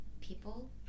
people